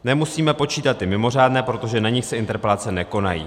Nemusíme počítat ty mimořádné, protože na nich se interpelace nekonají.